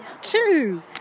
two